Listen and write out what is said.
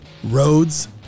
roads